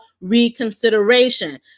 reconsideration